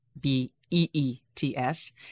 B-E-E-T-S